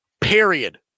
Period